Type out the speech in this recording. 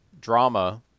drama